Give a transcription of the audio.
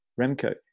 Remco